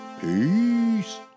peace